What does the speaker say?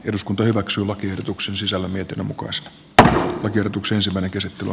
eduskunta hyväksyi lakiehdotuksen sisällön myötä mukaansa tämä täällä suomessa